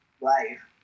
life